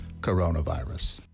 coronavirus